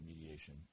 mediation